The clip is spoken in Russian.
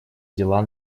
дела